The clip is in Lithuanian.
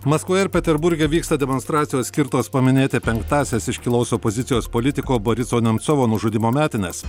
maskvoje ir peterburge vyksta demonstracijos skirtos paminėti penktąsias iškilaus opozicijos politiko boriso nemcovo nužudymo metines